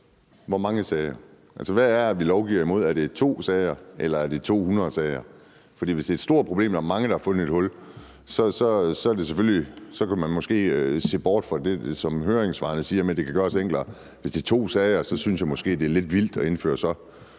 Hvor mange sager? Hvad er det, vi lovgiver imod? Er det 2 sager, eller er det 200 sager? For hvis det er et stort problem og der er mange, der har fundet et hul, så kan man måske se bort fra det, som høringssvarene siger om, at det kan gøres enklere. Hvis det er 2 sager, synes jeg måske, det er lidt vildt at indføre så